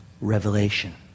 Revelation